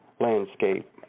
landscape